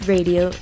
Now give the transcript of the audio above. Radio